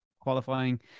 qualifying